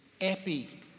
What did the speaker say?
epi